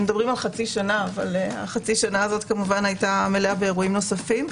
חצי שנה שהיתה מלאה באירועים נוספים.